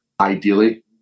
ideally